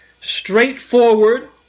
straightforward